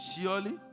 surely